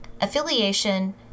affiliation